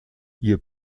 ihr